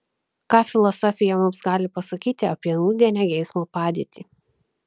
ką filosofija mums gali pasakyti apie nūdienę geismo padėtį